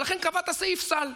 לכן קבעת סעיף סל.